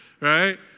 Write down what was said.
right